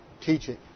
teaching